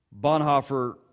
Bonhoeffer